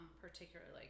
particularly